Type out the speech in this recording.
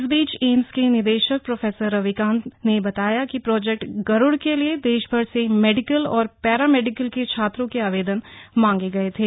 इस बीच एम्स के निदेशक प्रोफेसर रविकांत से बताया कि प्रोजेक्ट गरुड़ के लिए देशभर से मेडिकल और पैरामेडिकल के छात्रों के आवेदन माँगे गए थे